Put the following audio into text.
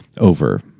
over